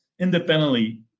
independently